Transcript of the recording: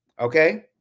Okay